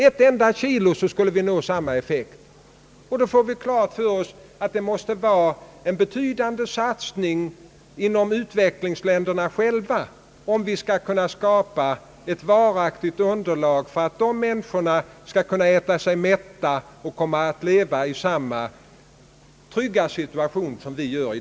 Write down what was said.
Och då får vi klart för oss att det är i utvecklingsländerna som vi måste göra en betydande satsning, om man skall kunna skapa ett varaktigt underlag för att människorna där skall kunna äta sig mätta och få leva lika tryggt som vi gör.